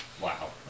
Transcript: Wow